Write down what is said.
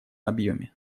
объеме